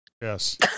Yes